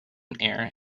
air